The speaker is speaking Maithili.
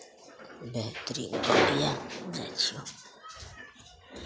बेहतरीन यए जाइ छियह